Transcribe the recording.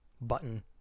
button